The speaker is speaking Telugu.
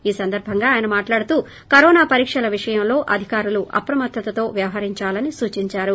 ఈ సందర్బంగా ఆయన మాట్లాడుతూ కరోనా పరీక్షల విషయంలో అధికారులు అప్రమత్తతో వ్యవహరించాలని సూచించారు